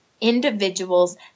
individuals